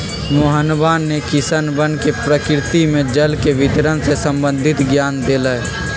मोहनवा ने किसनवन के प्रकृति में जल के वितरण से संबंधित ज्ञान देलय